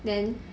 then